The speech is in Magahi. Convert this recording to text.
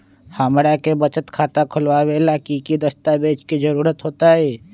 हमरा के बचत खाता खोलबाबे ला की की दस्तावेज के जरूरत होतई?